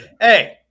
hey